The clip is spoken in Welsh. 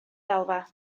ddalfa